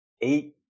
eight